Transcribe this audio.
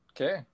Okay